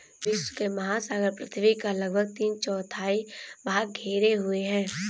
विश्व के महासागर पृथ्वी का लगभग तीन चौथाई भाग घेरे हुए हैं